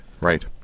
Right